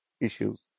issues